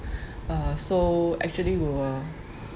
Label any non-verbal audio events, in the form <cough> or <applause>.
<breath> uh so actually we were